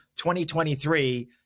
2023